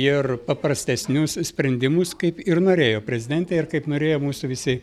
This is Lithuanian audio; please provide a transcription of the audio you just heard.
ir paprastesnius sprendimus kaip ir norėjo prezidentė ir kaip norėjo mūsų visi